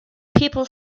people